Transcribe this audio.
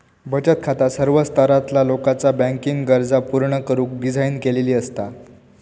बचत खाता सर्व स्तरातला लोकाचा बँकिंग गरजा पूर्ण करुक डिझाइन केलेली असता